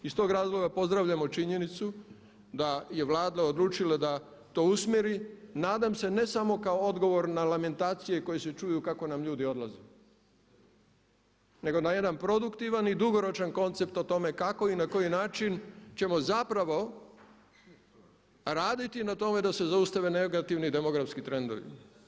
Iz tog razloga pozdravljamo činjenicu da je Vlada odlučila da to usmjeri, nadam se ne samo kao odgovor na lamentacije koje su čuju kako nam ljudi odlaze, nego na jedan produktivan i dugoročan koncept o tome kako i na koji način ćemo zapravo raditi na tome da se zaustave negativni demografski trendovi.